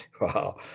Wow